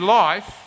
life